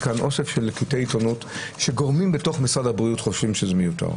כאן אוסף של קטעי עיתונות שגורמים במשרד הבריאות חושבים שזה מיותר.